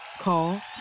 Call